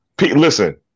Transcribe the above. Listen